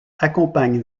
accompagne